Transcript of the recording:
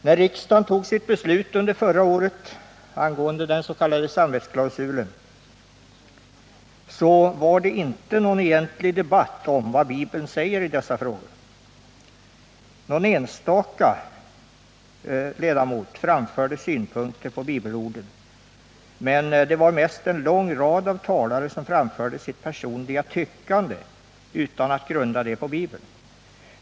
När riksdagen tog sitt beslut förra året om den s.k. samvetsklausulen var det inte någon egentlig debatt om vad Bibeln säger i dessa frågor. Någon enstaka ledamot framförde synpunkter på bibelorden, men det var mest en lång rad av talare som framförde sitt personliga tyckande utan att grunda detta på Bibeln.